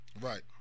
Right